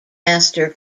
master